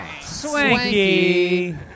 swanky